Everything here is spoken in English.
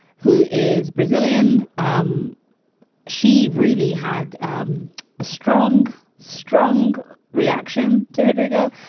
who is brazilian. um she really had um a strong, strong reaction to her, draeger,